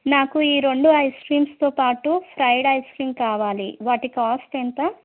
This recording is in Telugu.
నాకు ఈ రెండూ ఐస్క్రీమ్స్తో పాటు ఫ్రైడ్ ఐస్క్రీమ్ కావాలి వాటి కాస్ట్ ఎంత